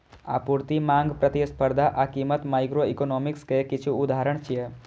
आपूर्ति, मांग, प्रतिस्पर्धा आ कीमत माइक्रोइकोनोमिक्स के किछु उदाहरण छियै